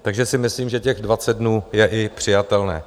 Takže si myslím, že těch 20 dnů je i přijatelných.